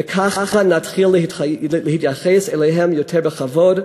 וככה נתחיל להתייחס אליהם יותר בכבוד,